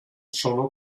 solo